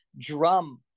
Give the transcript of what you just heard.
drum